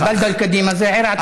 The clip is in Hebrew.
בלדת אל-קדימה זה העיר העתיקה.